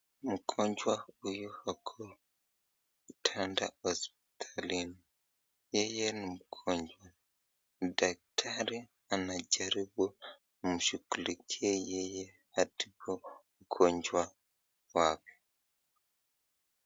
Mgonjwa huyu ako kitanda hosipitalini, yeye ni mgonjwa daktari anajaribu kumshukulikia yeye atibu ugonjwa wake.